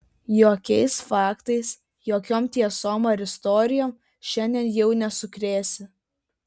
jokiais faktais jokiom tiesom ar istorijom šiandien jau nesukrėsi